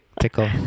Tickle